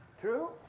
True